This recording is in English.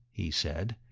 he said,